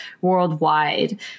worldwide